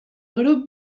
grup